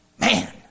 man